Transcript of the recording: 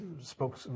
spoke